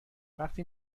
وقتی